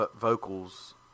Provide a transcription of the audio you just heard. vocals